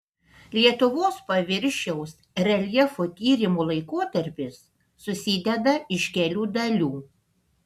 lietuvos paviršiaus reljefo tyrimų laikotarpis susideda iš kelių dalių